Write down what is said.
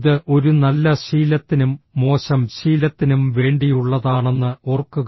ഇത് ഒരു നല്ല ശീലത്തിനും മോശം ശീലത്തിനും വേണ്ടിയുള്ളതാണെന്ന് ഓർക്കുക